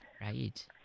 Right